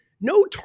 No